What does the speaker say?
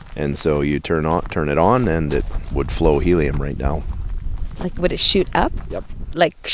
and so you turn um turn it on, and it would flow helium right now like, would it shoot up? yup like?